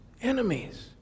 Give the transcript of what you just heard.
Enemies